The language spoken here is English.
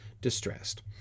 distressed